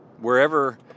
Wherever